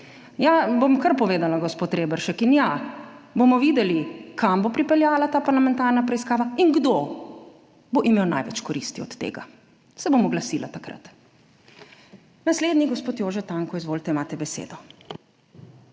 Bom kar povedala, gospod Reberšek, ja, bomo videli, kam bo pripeljala ta parlamentarna preiskava in kdo bo imel največ koristi od tega. Se bom takrat oglasila. Naslednji je gospod Jože Tanko. Izvolite, imate besedo.